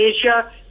Asia